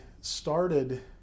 started